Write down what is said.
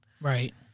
Right